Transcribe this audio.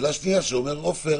שאלה שנייה ששואל עופר,